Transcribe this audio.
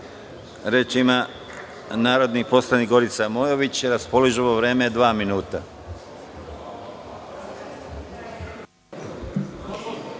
Reč ima narodni poslanik Gorica Mojović. Raspoloživo vreme je dva minuta.